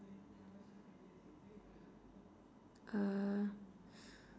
err